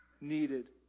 needed